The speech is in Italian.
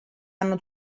hanno